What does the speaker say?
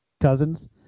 Cousins